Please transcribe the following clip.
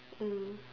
mm